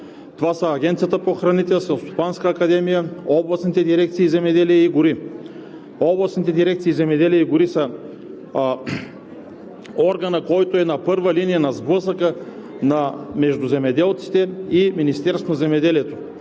Това са Агенцията по храните, Селскостопанската академия, областните дирекции „Земеделие и гори“. Областните дирекции „Земеделие и гори“ са органът, който е на първа линия на сблъсъка между земеделците и Министерството на земеделието.